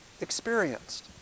experienced